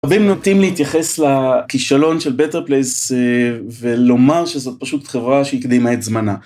רבים נוטים להתייחס לכישלון של בטרפלייס ולומר שזאת פשוט חברה שהקדימה את זמנה.